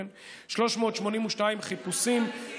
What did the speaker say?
382 חיפושים,